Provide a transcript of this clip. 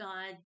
God